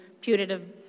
putative